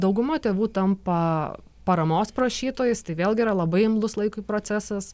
dauguma tėvų tampa paramos prašytojais tai vėlgi yra labai imlus laikui procesas